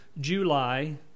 July